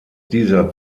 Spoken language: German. dieser